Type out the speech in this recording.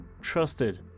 trusted